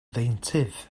ddeintydd